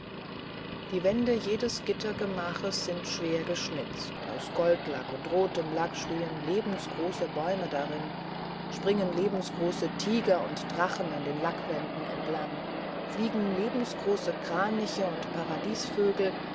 die wände jedes gittergemaches sind schwer geschnitzt aus goldlack und rotem lack stehen lebensgroße bäume darin springen lebensgroße tiger und drachen an den lackwänden entlang fliegen lebensgroße kraniche und paradiesvögel